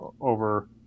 over